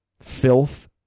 Filth